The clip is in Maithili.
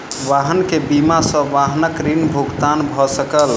वाहन के बीमा सॅ वाहनक ऋण भुगतान भ सकल